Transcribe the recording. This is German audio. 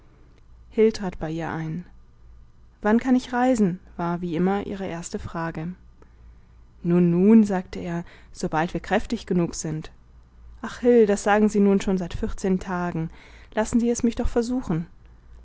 trat bei ihr ein wann kann ich reisen war wie immer ihre erste frage nun nun sagte er sobald wir kräftig genug sind ach hil das sagen sie nun schon seit vierzehn tagen lassen sie es mich doch versuchen